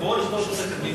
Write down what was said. בבואו לכתוב את פסק-הדין,